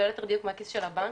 או ליתר דיוק מהכיס של הבנק,